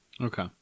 Okay